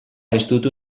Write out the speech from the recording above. estutu